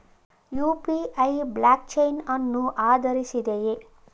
UPI blockchain ಅನ್ನು ಆಧರಿಸಿದೆಯೇ?